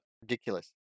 Ridiculous